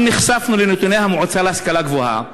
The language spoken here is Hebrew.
גם נחשפנו לנתוני המועצה להשכלה גבוהה,